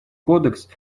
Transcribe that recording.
кодекс